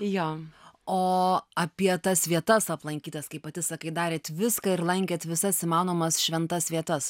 jo o apie tas vietas aplankytas kaip pati sakai darėt viską ir lankėt visas įmanomas šventas vietas